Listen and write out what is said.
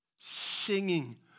Singing